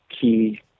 key